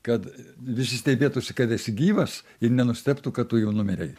kad visi stebėtųsi kad esi gyvas ir nenustebtų kad tu jau numirei